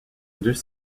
deux